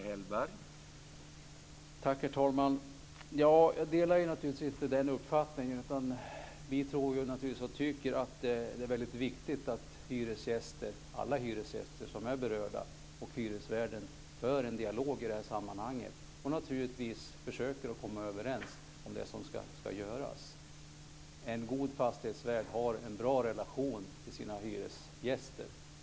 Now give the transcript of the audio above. Herr talman! Jag delar naturligtvis inte den uppfattningen. Vi tycker att det är viktigt att alla hyresgäster som är berörda och hyresvärden för en dialog i sammanhanget och försöker komma överens om det som ska göras. En god fastighetsvärd har en bra relation till sina hyresgäster.